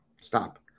Stop